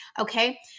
okay